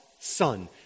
son